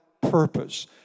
purpose